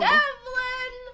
Devlin